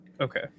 Okay